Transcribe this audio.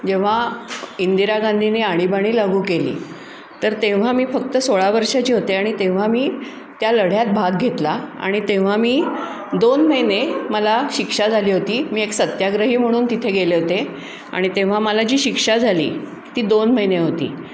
जेव्हा इंदिरा गांधीने आणीबाणी लागू केली तर तेव्हा मी फक्त सोळा वर्षाची होते आणि तेव्हा मी त्या लढ्यात भाग घेतला आणि तेव्हा मी दोन महिने मला शिक्षा झाली होती मी एक सत्याग्रही म्हणून तिथे गेले होते आणि तेव्हा मला जी शिक्षा झाली ती दोन महिने होती